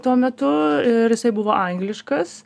tuo metu ir jisai buvo angliškas